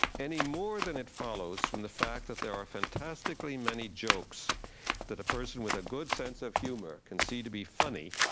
any more than it follows from the fact that there are fantastically many jokes that a person with a good sense of humor can see to be funny.